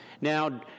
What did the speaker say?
Now